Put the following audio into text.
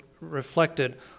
Reflected